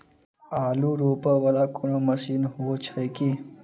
आलु रोपा वला कोनो मशीन हो छैय की?